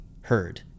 heard